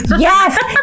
yes